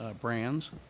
brands